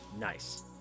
Nice